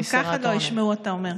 גם ככה לא ישמעו, אתה אומר.